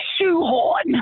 shoehorn